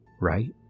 right